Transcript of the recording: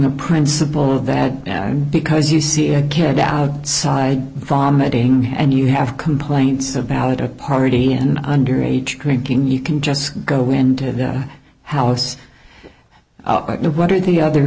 the principle that because you see a kid outside vomiting and you have complaints about a party and underage drinking you can just go into the house no what are the other